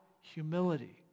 humility